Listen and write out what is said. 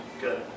Good